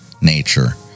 nature